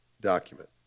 document